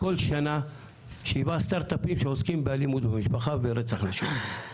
בכל שנה שבעה סטרטאפים שעוסקים באלימות במשפחה ורצח נשים.